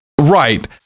Right